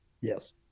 Yes